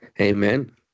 Amen